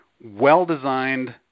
well-designed